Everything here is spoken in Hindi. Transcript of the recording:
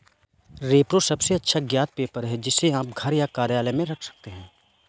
रेप्रो सबसे अच्छा ज्ञात पेपर है, जिसे आप घर या कार्यालय में रख सकते हैं